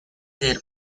their